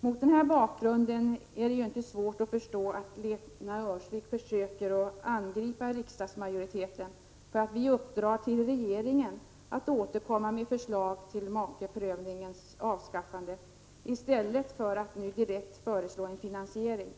Mot denna bakgrund är det inte svårt att förstå att Lena Öhrsvik försöker angripa riksdagsmajoriteten för att vi vill uppdra åt regeringen att återkomma med förslag till makeprövningens avskaffande i stället för att direkt föreslå en finansiering.